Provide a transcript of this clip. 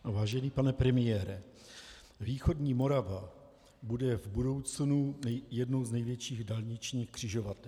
Vážený pane premiére, východní Morava buduje v budoucnu jednu z největších dálničních křižovatek.